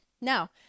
now